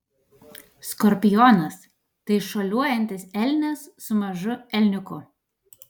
skorpionas tai šuoliuojantis elnias su mažu elniuku